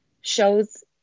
shows